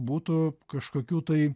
būtų kažkokių tai